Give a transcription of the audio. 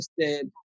interested